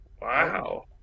Wow